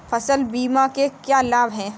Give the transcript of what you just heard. फसल बीमा के क्या लाभ हैं?